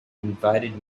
invited